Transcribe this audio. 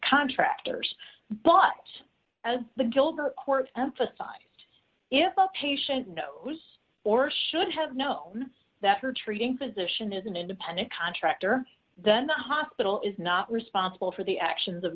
contractors but as the gilbert court emphasized if a patient no was or should have known that for treating physician is an independent contractor then the hospital is not responsible for the actions of